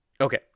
okay